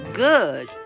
good